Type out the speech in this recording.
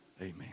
Amen